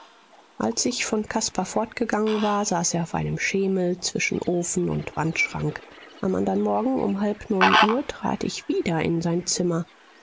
als ich von caspar fortgegangen war saß er auf einem schemel zwischen ofen und wandschrank am andern morgen um halb neun uhr trat ich wieder in sein zimmer